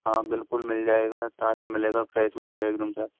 हाँ बिल्कुल मिल जाएगा ताजा मिलेगा फ्रेश मिलेगा एक दम सर